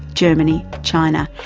germany, china,